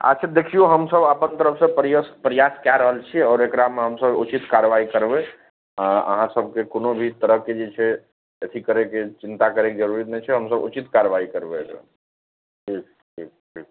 अच्छा देखिऔ हमसभ अपन तरफसे प्रयस प्रयास कै रहल छी आओर एकरामे हमसभ उचित कारवाइ करबै अँ अहाँ सभकेँ कोनो भी तरहके जे छै अथी करैके चिन्ता करैके जरूरत नहि छै हमसभ उचित कारवाइ करबै एकरा ठीक ठीक ठीक